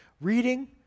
reading